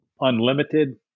unlimited